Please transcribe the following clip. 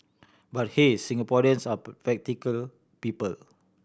but hey Singaporeans are practical people